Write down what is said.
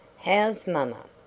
how's mamma?